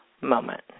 moment